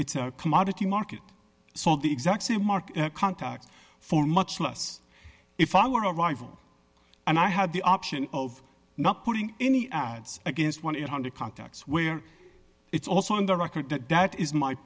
a commodity market so the exact same market contacts for much less if i were a rival and i had the option of not putting any ads against one hundred contacts where it's also on the record that that is my